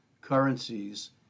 currencies